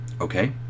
Okay